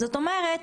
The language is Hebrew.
זאת אומרת,